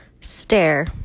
Stare